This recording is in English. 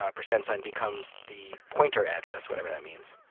ah percent sign becomes the pointer address, whatever that means.